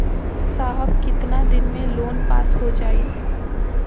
साहब कितना दिन में लोन पास हो जाई?